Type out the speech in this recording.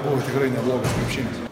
buvo tikrai neblogas krepšinis